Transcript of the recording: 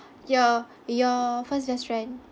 your your first best friend